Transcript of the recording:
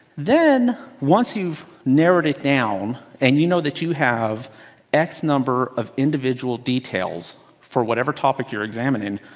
then once you've narrowed it down and you know that you have x number of individual details for whatever topic you're examining,